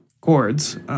chords